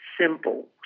simple